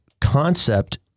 concept